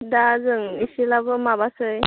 दा जों एसेब्लाबो माबासै